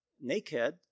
naked